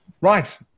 Right